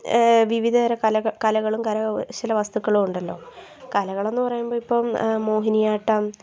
വിവിധ തരം കലക കലകളും കരകൗശല വസ്തുക്കളും ഉണ്ടല്ലോ കലകളെന്ന് പറയുമ്പോൾ ഇപ്പോൾ മോഹിനിയാട്ടം